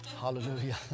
hallelujah